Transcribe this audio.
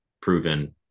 proven